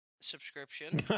Subscription